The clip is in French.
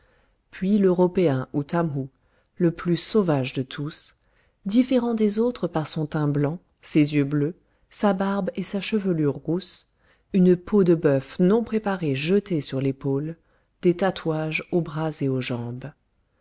puis l'européen ou tamhou le plus sauvage de tous différant des autres par son teint blanc ses yeux bleus sa barbe et sa chevelure rousses une peau de bœuf non préparée jetée sur l'épaule des tatouages aux bras et aux jambes